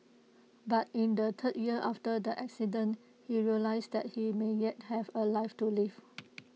but in the third year after the accident he realised that he may yet have A life to live